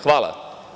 Hvala.